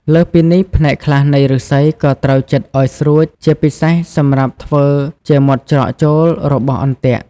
លើសពីនេះ ផ្នែកខ្លះនៃឫស្សីក៏ត្រូវចិតឲ្យស្រួចជាពិសេសសម្រាប់ធ្វើជាមាត់ច្រកចូលរបស់អន្ទាក់។